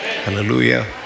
Hallelujah